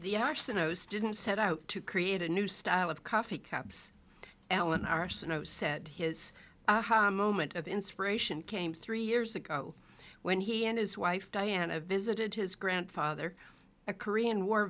didn't set out to create a new style of coffee caps alan arsenault said his moment of inspiration came three years ago when he and his wife diana visited his grandfather a korean war